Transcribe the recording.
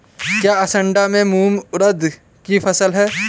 क्या असड़ में मूंग उर्द कि फसल है?